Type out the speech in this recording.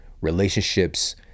relationships